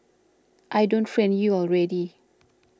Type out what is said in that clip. I don't friend you already